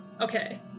Okay